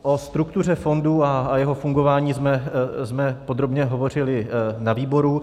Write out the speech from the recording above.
O struktuře fondu a jeho fungování jsme podrobně hovořili na výboru.